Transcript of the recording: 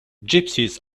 gypsies